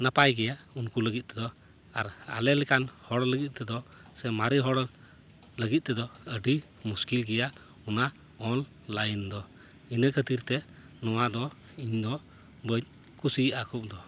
ᱱᱟᱯᱟᱭ ᱜᱮᱭᱟ ᱩᱱᱠᱩ ᱞᱟ ᱜᱤᱫ ᱛᱮᱫᱚ ᱟᱨ ᱟᱞᱮ ᱞᱮᱠᱟᱱ ᱦᱚᱲ ᱞᱟ ᱜᱤᱫ ᱛᱮᱫᱚ ᱥᱮ ᱢᱟᱨᱮ ᱦᱚᱲ ᱞᱟ ᱜᱤᱫ ᱛᱮᱫᱚ ᱟ ᱰᱤ ᱢᱩᱥᱠᱤᱞ ᱜᱮᱭᱟ ᱚᱱᱟ ᱚᱱᱞᱟᱭᱤᱱ ᱫᱚ ᱤᱱᱟᱹ ᱠᱷᱟ ᱛᱤᱨ ᱛᱮ ᱱᱚᱣᱟ ᱫᱚ ᱤᱧ ᱫᱚ ᱵᱟᱹᱧ ᱠᱩᱥᱤᱭᱟᱜᱼᱟ ᱠᱷᱩᱵᱽ ᱫᱚ